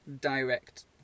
direct